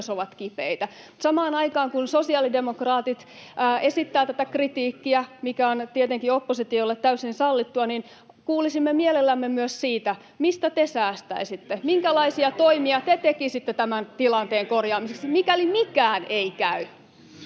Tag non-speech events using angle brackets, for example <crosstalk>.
Mutta samaan aikaan, kun sosiaalidemokraatit esittävät tätä kritiikkiä, mikä on tietenkin oppositiolle täysin sallittua, kuulisimme mielellämme myös siitä, mistä te säästäisitte. <noise> Minkälaisia toimia te tekisitte tämän tilanteen korjaamiseksi, [Juho Eerola: